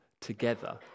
together